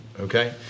okay